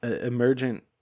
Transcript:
emergent